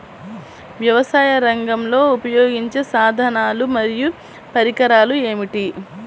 వ్యవసాయరంగంలో ఉపయోగించే సాధనాలు మరియు పరికరాలు ఏమిటీ?